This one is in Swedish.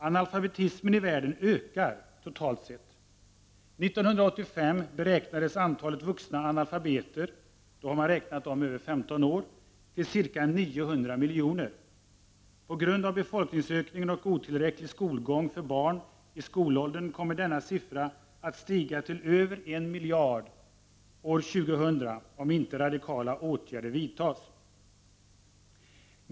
Analfabetismen i världen ökar totalt sett. 1985 beräknades antalet vuxna analfabeter — då har man räknat de över 15 år — till ca 900 miljoner. På grund av befolkningsökningen och otillräcklig skolgång för barn i skolåldern kommer denna siffra att stiga till över en miljard år 2000 om inte radikala åtgärder vidtas.